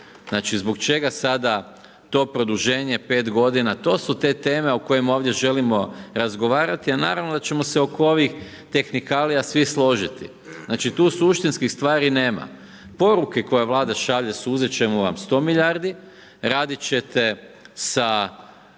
Znači zbog čega sada to produženje 5 godina? To su te teme o kojima ovdje želimo razgovarati a naravno da ćemo se oko ovih tehnikalija svi složiti. Znači tu suštinskih stvari nema. Poruke koje Vlada šalje, uzeti ćemo vam 100 milijardi, raditi ćete sa